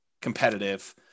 competitive